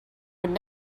would